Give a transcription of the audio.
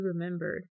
remembered